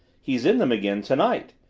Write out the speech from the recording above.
he's in them again tonight.